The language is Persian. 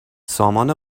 سامان